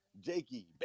Jakey